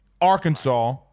Arkansas